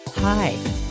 Hi